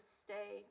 stay